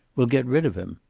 we'll get rid of him.